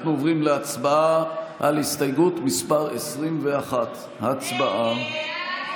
אנחנו עוברים להצבעה על הסתייגות מס' 21. הצבעה.